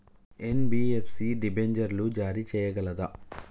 NBFC డిబెంచర్లు జారీ చేయగలదా?